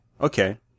okay